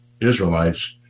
Israelites